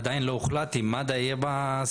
עדיין לא הוחלט אם מד"א יהיה בסעיפים?